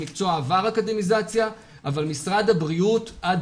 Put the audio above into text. המקצוע עבר אקדמיזציה אבל משרד הבריאות עד